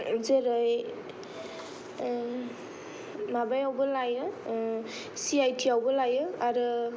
जेरै माबायावबो लायो सि आइ थि यावबो लायो आरो